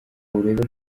urebe